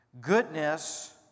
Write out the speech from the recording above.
goodness